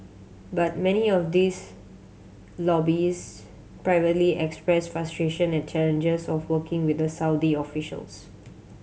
but many of these lobbyist privately express frustration at challenges of working with Saudi officials